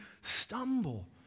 stumble